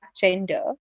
gender